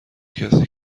کسی